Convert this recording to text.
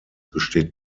besteht